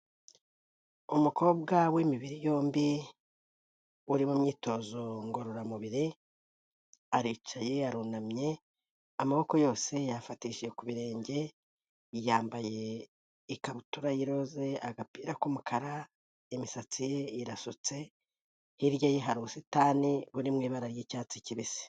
Umukobwa w'imibiri yombi uri mu myitozo ngororamubiri, aricaye, arunamye, amaboko yose yayafatishije ku birenge, yambaye ikabutura y'iroze, agapira k'umukara, imisatsi ye irasutse, hirya ye hari ubusitani buri mu ibara ry'icyatsi kibisi.